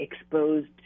exposed